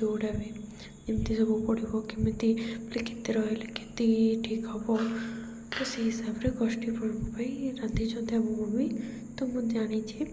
ଯେଉଁଟା ବି ଏମିତି ସବୁ ପଡ଼ିବ କେମିତି ବଲେ କେତେ ରହିଲେ କେତିକି ଠିକ୍ ହବ ତ ସେଇ ହିସାବରେ ଗୋଷ୍ଠୀ ପାଇଁ ରାନ୍ଧିଛନ୍ତି ଆମ ମମି ତ ମୁଁ ଜାଣିଛି